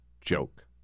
joke